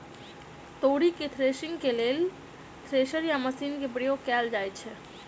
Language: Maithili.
तोरी केँ थ्रेसरिंग केँ लेल केँ थ्रेसर या मशीन केँ प्रयोग कैल जाएँ छैय?